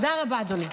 תודה רבה, אדוני.